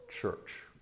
church